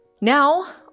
Now